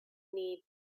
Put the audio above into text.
need